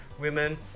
women